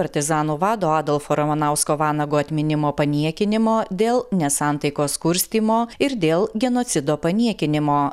partizanų vado adolfo ramanausko vanago atminimo paniekinimo dėl nesantaikos kurstymo ir dėl genocido paniekinimo